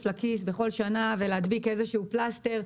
לכיס בכל שנה ולהדביק איזה שהוא פלסטר.